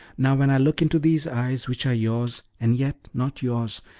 now, when i look into these eyes, which are yours, and yet not yours,